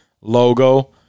Logo